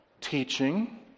Teaching